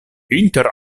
inter